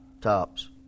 tops